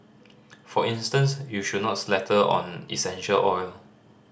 for instance you should not slather on essential oil